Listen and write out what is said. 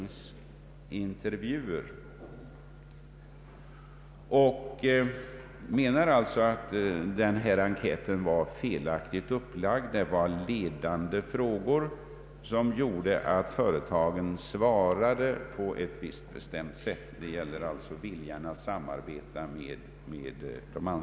Han anser att en enkät om viljan att samarbeta med de anställdas organisationer var felaktigt upplagd med ledande frågor som gjorde att företagen svarade på ett visst bestämt sätt.